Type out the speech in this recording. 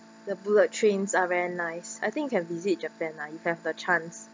the bullet trains are very nice I think can visit japan ah if have the chance